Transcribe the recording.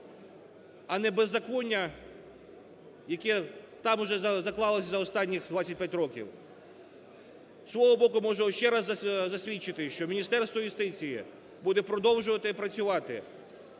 а не беззаконня, яке там уже заклалося за останні 25 років. Зі свого боку можу ще раз засвідчити, що Міністерство юстиції буде продовжувати працювати